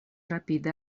rapide